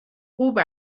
خوب